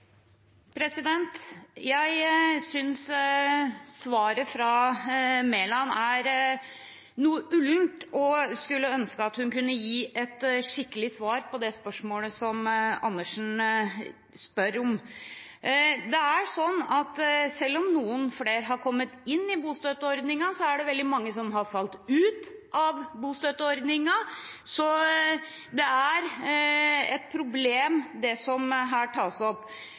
Jeg synes svaret fra statsråd Mæland er noe ullent og skulle ønske hun kunne gi et skikkelig svar på det spørsmålet representanten Karin Andersen stilte. Selv om noen flere har kommet inn i bostøtteordningen, er det veldig mange som har falt ut av den. Det er et problem, det som her tas opp.